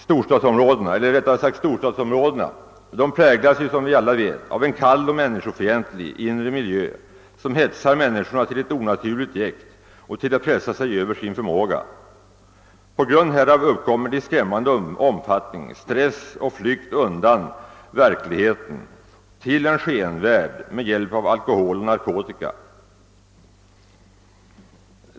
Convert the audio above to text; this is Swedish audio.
Storstadsområdena präglas som vi alla vet av en kall och människofientlig inre miljö som hetsar människorna till ett onaturligt jäkt och till att pressa sig över sin förmåga. På grund härav uppkommer i skrämmande utsträckning stress och flykt undan verkligheten till en skenvärld, med hjälp av alkohol och narkotika.